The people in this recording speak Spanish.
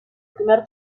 primer